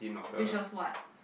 wish her what